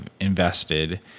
invested